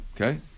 Okay